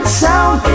sound